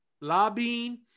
lobbying